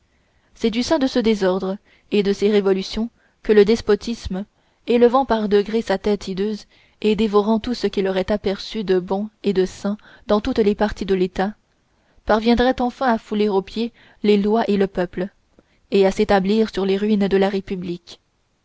c'est du sein de ce désordre et de ces révolutions que le despotisme élevant par degrés sa tête hideuse et dévorant tout ce qu'il aurait aperçu de bon et de sain dans toutes les parties de l'état parviendrait enfin à fouler aux pieds les lois et le peuple et à s'établir sur les ruines de la république